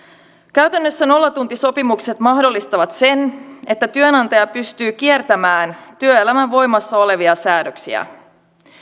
käytännössä nollatuntisopimukset mahdollistavat sen että työnantaja pystyy kiertämään työelämän voimassa olevia säädöksiä